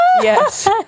Yes